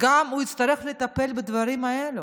הוא יצטרך לטפל גם בדברים האלה.